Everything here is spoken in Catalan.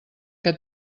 que